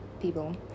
people